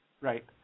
Right